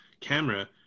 camera